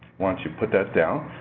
once you put that down,